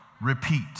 Repeat